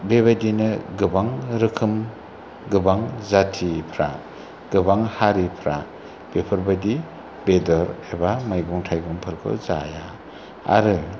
बेबायदिनो गोबां रोखोम गोबा जाथिफ्रा गोबां हारिफ्रा बेफोरबायदि बेदर एबा मैगं थाइगंफोरखौ जाया आरो